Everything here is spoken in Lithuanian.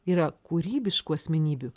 yra kūrybiškų asmenybių